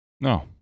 No